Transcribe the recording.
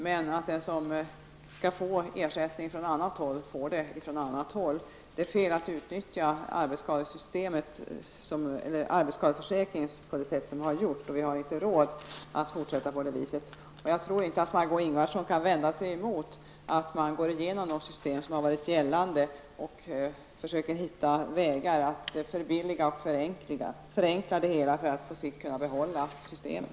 Men den som är berättigad till ersättning från annat håll skall få den från annnat håll. Det är fel att utnyttja arbetsskadeförsäkringen på det sätt som har gjorts. Vi har inte råd att fortsätta på det viset. Jag tror inte att Margó Ingvardsson kan vända sig emot att man går igenom de system som har varit gällande och försöker hitta vägar att förbilliga och förenkla dem för att på sikt kunna behålla systemen.